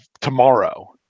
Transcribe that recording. tomorrow